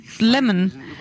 lemon